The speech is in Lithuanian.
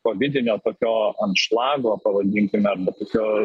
kovidinio tokio anšlago pavadinkime arba tokio